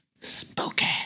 spooky